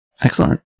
Excellent